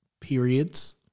periods